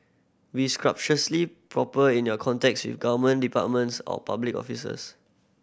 be proper in your contacts with government departments or public officers